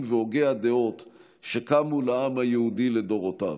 והוגי הדעות שקמו לעם היהודי לדורותיו.